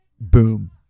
boom